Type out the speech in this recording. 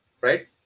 right